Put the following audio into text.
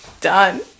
Done